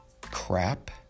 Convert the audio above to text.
crap